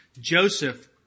Joseph